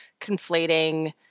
conflating